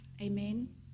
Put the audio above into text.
Amen